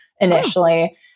initially